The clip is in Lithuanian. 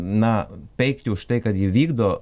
na peikti už tai kad ji vykdo